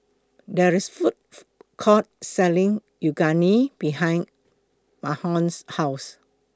There IS A Food Court Selling Unagi behind Mahlon's House